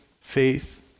faith